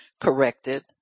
corrected